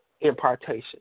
impartation